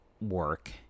work